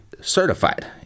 certified